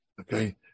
Okay